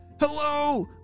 Hello